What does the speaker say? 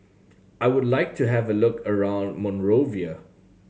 I would like to have a look around Monrovia